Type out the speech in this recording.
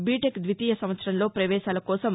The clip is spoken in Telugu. బీబెక్ ద్వితీయ సంవత్సరంలో పవేశాల కోసం